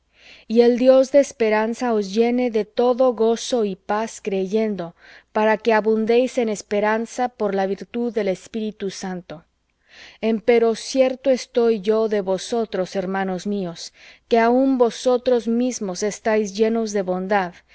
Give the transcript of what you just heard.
y el dios de esperanza os llene de todo gozo y paz creyendo para que abundéis en esperanza por la virtud del espíritu santo empero cierto estoy yo de vosotros hermanos míos que aun vosotros mismos estáis llenos de bondad